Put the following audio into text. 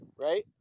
right